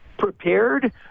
Prepared